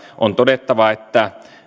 on todettava että